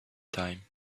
time